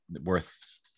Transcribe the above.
worth